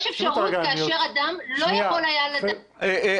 יש אפשרות כאשר אדם לא יכול היה ל --- שנייה,